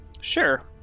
Sure